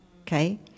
okay